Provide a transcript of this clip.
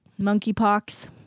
Monkeypox